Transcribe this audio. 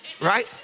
right